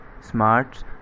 smarts